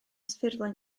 ffurflen